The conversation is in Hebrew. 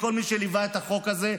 לכל מי שליווה את החוק הזה.